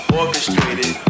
orchestrated